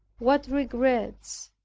what regrets,